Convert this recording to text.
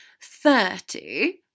thirty